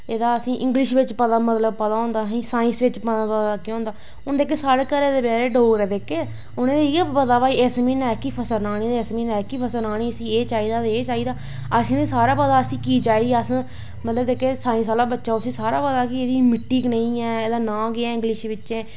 एह्दा मतलव इंगलिश बिच्च पता होंदा साईंस बिच्च पता होंदा हून साढ़े घरे दे डोगरे बेचारे जेह्के उनेंगी ते इयै पता ऐ इस म्हीनैं एह् फसल राह्नी ते इस म्हीनैं एह् रहानी इसी एह् चाही दा ते एह् चाही दा असेंगी ते सारे पता ऐ की चाही दी मतलव जेह्का साईंस आह्ला बच्चा ऐ उसी सारा पता ऐ मिट्टी कनेही ऐ एह्दा नांऽ केह् ऐ इंगलिश बिच्च